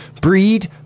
breed